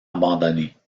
abandonnées